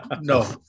no